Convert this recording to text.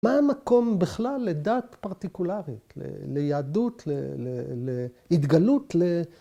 ‫מה המקום בכלל לדת פרטיקולרית, ‫ליהדות, להתגלות?